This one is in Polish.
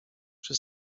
przy